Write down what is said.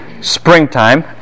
Springtime